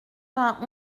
vingt